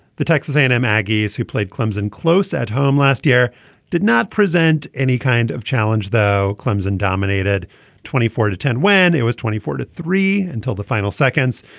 the texas santa maggie is who played clemson close at home last year did not present any kind of challenge though clemson dominated twenty four to ten when it was twenty four to three until the final seconds.